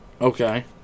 Okay